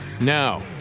Now